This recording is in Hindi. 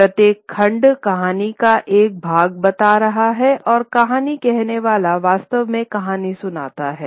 प्रत्येक खंड कहानी का एक भाग बता रहा है और कहानी कहने वाला वास्तव में कहानी सुनाता है